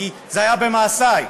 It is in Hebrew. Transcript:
כי זה היה במעשי.